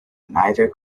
neither